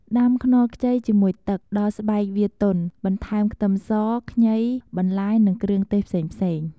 ដាំខ្នុរខ្ចីជាមួយទឹក ដល់ស្បែកវាទន់ បន្ថែមខ្ទឹមស ខ្ញី បន្លែ និងគ្រឿងទេសផ្សេងៗ។